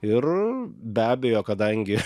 ir be abejo kadangi